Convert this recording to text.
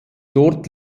dort